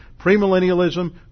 Premillennialism